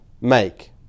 make